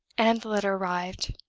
and the letter arrived!